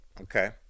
okay